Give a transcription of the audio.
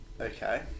Okay